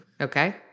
Okay